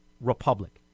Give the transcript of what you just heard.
republic